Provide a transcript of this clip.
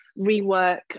rework